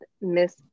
miss